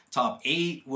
top-eight